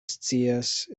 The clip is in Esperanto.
scias